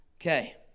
Okay